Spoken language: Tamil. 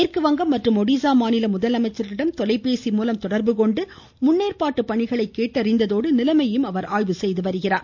மேற்கு வங்கம் மற்றும் ஒடிசா மாநில முதலமைச்சர்களிடம் தொலைபேசி மூலம் தொடர்பு கொண்டு முன்னேற்பாட்டு பணிகளை கேட்டறிந்ததோடு நிலைமையையும் அவர் ஆய்வு செய்தார்